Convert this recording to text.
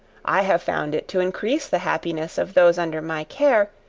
i have found it to increase the happiness of those under my care,